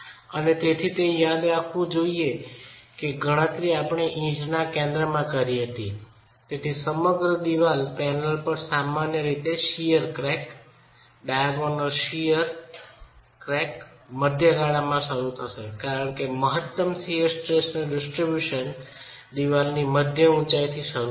અને તેથી તે યાદ રાખવું જોઈએ કે ગણતરી આપણે ઇંટના કેન્દ્રમાં કરી હતી તેથી સમગ્ર દિવાલ પેનલ પર સામાન્ય રીતે શિયર ક્રેક ડાયાગોનલ શીયર તિરાડો મધ્ય ગાળામાં શરૂ થશે કારણ કે મહત્તમ શીયર સ્ટ્રેસનું ડીસ્ટ્રીબ્યુશન દિવાલની મધ્ય ઉચાઈથી શરૂ થશે